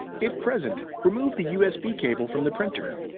if present, remove the usb cable from the printer.